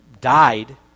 died